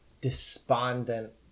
despondent